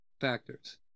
factors